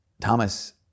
Thomas